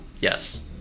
Yes